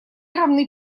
равны